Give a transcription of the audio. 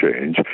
change